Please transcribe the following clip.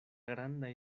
grandaj